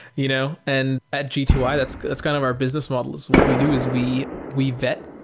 you know and at g two i, that's that's kind of our business model is. what we do is we we vet.